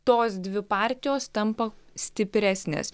tos dvi partijos tampa stipresnės